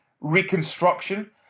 reconstruction